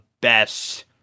best